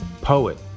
Poet